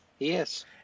yes